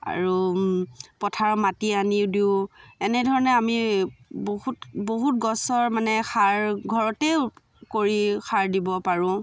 আৰু পথাৰৰ মাটি আনিও দিওঁ এনেধৰণে আমি বহুত বহুত গছৰ মানে সাৰ ঘৰতেই কৰি সাৰ দিব পাৰোঁ